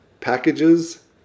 packages